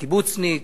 קיבוצניק,